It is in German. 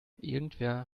irgendwer